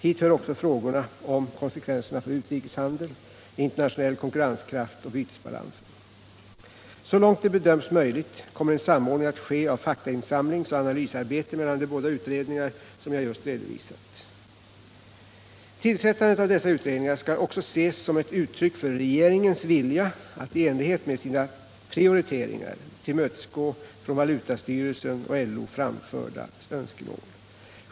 Hit hör också frågorna om konsekvenserna för utrikeshandel, internationell konkurrenskraft och bytesbalans. Så långt det bedöms möjligt kommer en samordning att ske av faktainsamlingsoch analysarbete mellan de båda utredningar som jag just redovisat. Tillsättandet av dessa utredningar skall också ses som ett uttryck för regeringens vilja att i enlighet med sina prioriteringar tillmötesgå från valutastyrelsen och LO framförda önskemål.